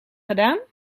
gedaan